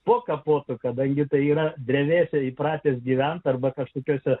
po kapotu kadangi tai yra drevėse įpratęs gyventi arba kažkokiose